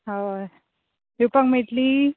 हय दिवपाक मेळटली